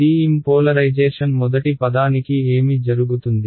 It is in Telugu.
TM పోలరైజేషన్ మొదటి పదానికి ఏమి జరుగుతుంది